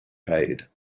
paid